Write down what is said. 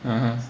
(uh huh)